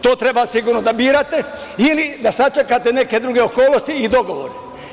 To treba, sigurno, da birate ili da sačekate neke druge okolnosti i dogovore?